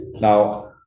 now